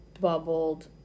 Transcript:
bubbled